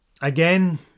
again